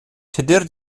tudur